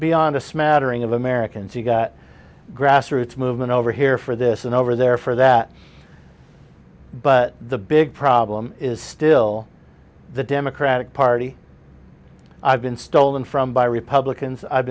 beyond a smattering of americans you've got grassroots movement over here for this and over there for that but the big problem is still the democratic party i've been stolen from by republicans i've